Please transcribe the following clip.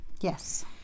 Yes